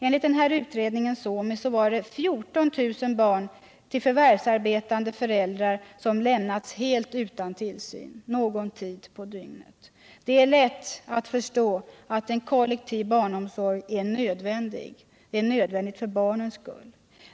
Enligt utredningen SOMI var det 14 000 barn till förvärvsarbetande föräldrar som lämnades helt utan tillsyn någon tid på dygnet. Det är lätt att förstå att en kollektiv barnomsorg är nödvändig — den är nödvändig för barnens skull.